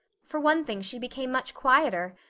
for one thing, she became much quieter.